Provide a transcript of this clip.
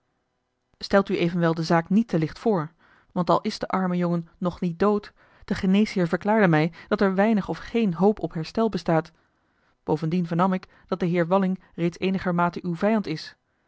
stel u evenwel de zaak niet te licht voor want al is de arme jongen nog niet dood de geneesheer verklaarde mij dat er weinig of geen hoop op herstel bestaat bovendien vernam ik dat de heer walling reeds eenigermate uw vijand is